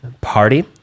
party